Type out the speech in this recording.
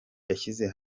yashyize